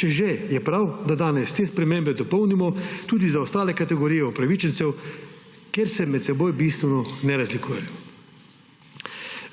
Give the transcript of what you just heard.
Če že, je prav, da danes te spremembe dopolnimo tudi za ostale kategorije upravičencev, ker se med seboj bistveno ne razlikujejo.